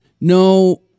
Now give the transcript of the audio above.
no